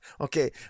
Okay